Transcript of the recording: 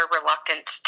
reluctant